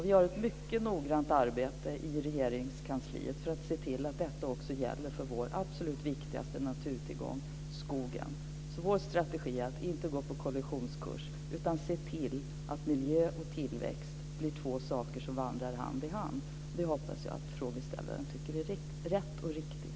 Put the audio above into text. Vi gör ett mycket noggrant arbete i Regeringskansliet för att se till att detta också gäller för vår absolut viktigaste naturtillgång, skogen. Vår strategi är alltså att inte gå på kollisionskurs utan att se till att miljö och tillväxt blir två saker som vandrar hand i hand. Det hoppas jag att frågeställaren tycker är rätt och riktigt.